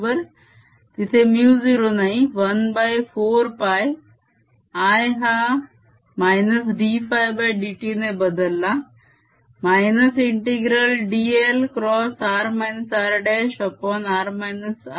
तिथे μ0 नाही 14π I हा dφdt ने बदलला ∫dl x r r'r r'3